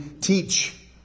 teach